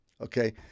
Okay